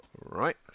Right